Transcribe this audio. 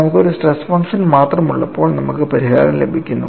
നമുക്ക് ഒരു stress function മാത്രമുള്ളപ്പോൾ നമുക്ക് പരിഹാരം ലഭിക്കുന്നു